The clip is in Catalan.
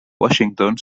washington